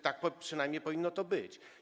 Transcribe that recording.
Tak przynajmniej powinno być.